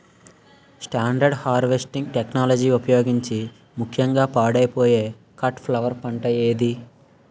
Standard harvest టెక్నాలజీని ఉపయోగించే ముక్యంగా పాడైపోయే కట్ ఫ్లవర్ పంట ఏది?